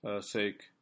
sake